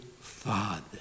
Father